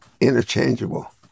Interchangeable